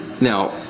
Now